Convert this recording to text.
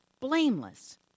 blameless